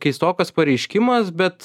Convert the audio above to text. keistokas pareiškimas bet